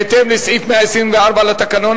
בהתאם לסעיף 124 לתקנון,